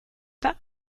pas